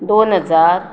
दोन हजार